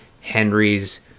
Henry's